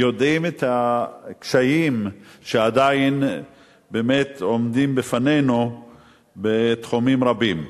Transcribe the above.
יודעים את הקשיים שעדיין באמת עומדים בפנינו בתחומים רבים.